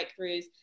breakthroughs